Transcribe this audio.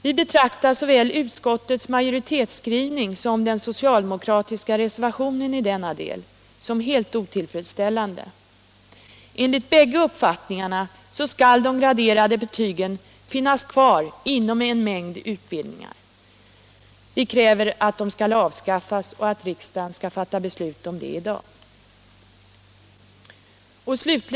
Vi betraktar såväl utskottets majoritetsskrivning som den socialdemokratiska reservationen i denna del som otillfredsställande. Enligt bägge uppfattningarna skall de graderade betygen finnas kvar inom en mängd utbildningar. Vi kräver att de skall avskaffas och att riksdagen skall fatta beslut om det i dag.